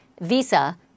Visa